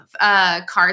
Cards